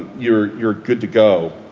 you're you're good to go?